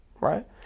right